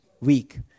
week